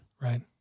right